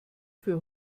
für